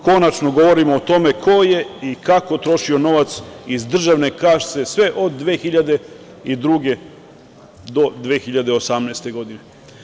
Konačno govorimo o tome ko je i kako trošio novac iz državne kase sve od 2002. do 2018. godine.